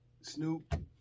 Snoop